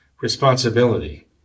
responsibility